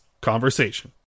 Conversation